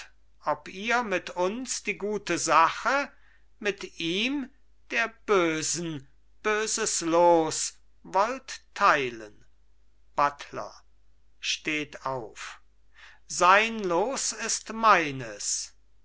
ob ihr mit uns die gute sache mit ihm der bösen böses los wollt teilen buttler steht auf sein los ist meines